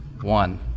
One